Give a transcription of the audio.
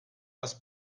das